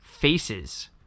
faces